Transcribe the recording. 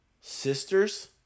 sisters